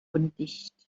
undicht